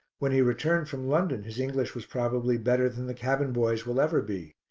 when he returned from london his english was probably better than the cabin-boy's will ever be,